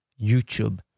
YouTube